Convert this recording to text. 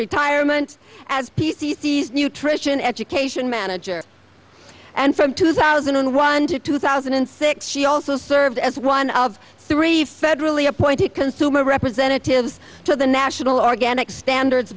retirement as p c s nutrition education manager and from two thousand and one to two thousand and six she also served as one of three federally appointed consumer representatives to the national organic standards